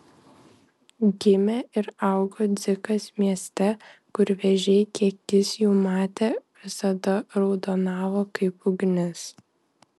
gimė ir augo dzikas mieste kur vėžiai kiek jis jų matė visada raudonavo kaip ugnis